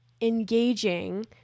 engaging